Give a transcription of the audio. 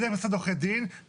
דרך משרד עורכי דין,